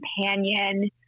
companion